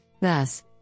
Thus